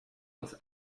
aus